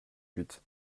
huit